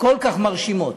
כל כך מרשימות.